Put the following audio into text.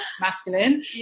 masculine